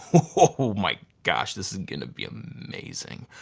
oh my gosh this is gonna be amazing.